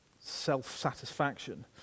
self-satisfaction